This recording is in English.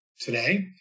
today